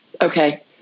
Okay